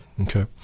Okay